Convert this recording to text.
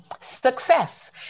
success